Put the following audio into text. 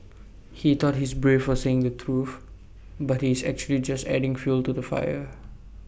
he thought he's brave for saying the truth but he's actually just adding fuel to the fire